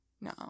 No